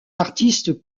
artistes